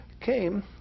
came